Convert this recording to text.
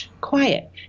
quiet